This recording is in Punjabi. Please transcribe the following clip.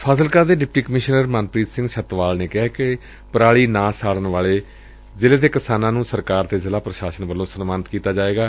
ਫਾਜ਼ਿਲਕਾ ਦੇ ਡਿਪਟੀ ਕਮਿਸਨਰ ਮਨਪ੍ੀਤ ਸਿੰਘ ਛੱਤਵਾਲ ਨੇ ਕਿਹਾ ਕਿ ਪਰਾਲੀ ਨਾ ਸਾੜਨ ਵਾਲੇ ਜ਼ਿਲ੍ਹੇ ਦੇ ਕਿਸਾਨਾਂ ਨੂੰ ਸਰਕਾਰ ਤੇ ਜ਼ਿਲ੍ਹਾ ਪ੍ਸ਼ਾਸਨ ਵੱਲੋਂ ਸਨਮਾਨਿਤ ਕੀਤਾ ਜਾਵੇਗਾ